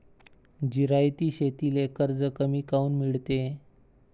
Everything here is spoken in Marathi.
जिरायती शेतीले कर्ज कमी काऊन मिळते?